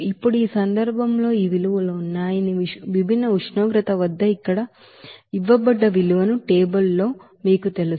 ఇప్పుడు ఈ సందర్భంలో ఈ విలువలు ఉన్నాయని విభిన్న ఉష్ణోగ్రతవద్ద ఇవ్వబడ్డ విలువను టేబుల్ లో మీకు తెలుసు